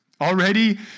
already